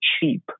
cheap